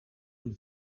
del